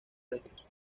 restos